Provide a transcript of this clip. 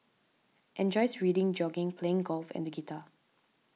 enjoys reading jogging playing golf and guitar